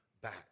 back